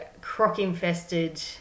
croc-infested